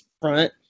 front